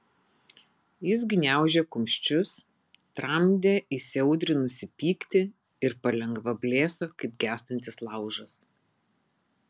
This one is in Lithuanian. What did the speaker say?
jis gniaužė kumščius tramdė įsiaudrinusį pyktį ir palengva blėso kaip gęstantis laužas